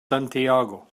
santiago